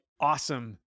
awesome